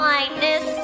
Kindness